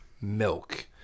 milk